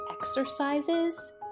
exercises